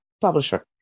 publisher